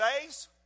days